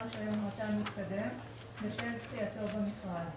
רישיון רט"ן מתקדם בשל זכייתו במכרז.